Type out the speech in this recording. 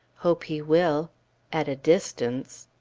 hope he will at a distance.